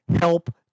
Help